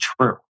true